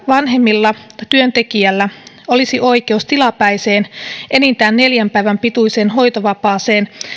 vanhemmilla työntekijällä olisi oikeus tilapäiseen enintään neljän päivän pituiseen hoitovapaaseen